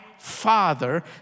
father